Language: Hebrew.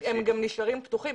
הם גם נשארים פתוחים,